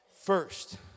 first